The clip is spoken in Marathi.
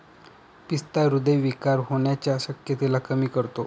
पिस्ता हृदय विकार होण्याच्या शक्यतेला कमी करतो